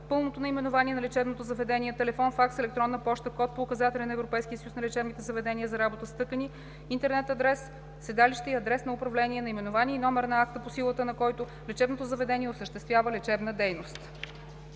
пълното наименование на лечебното заведение, телефон, факс, електронна поща, код по указателя на Европейския съюз на лечебните заведения за работа с тъкани, интернет адрес, седалище и адрес на управление, наименование и номер на акта, по силата на който лечебното заведение осъществява лечебна дейност;